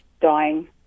dying